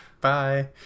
Bye